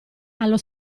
allo